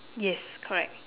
yes correct